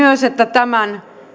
tämän